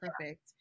perfect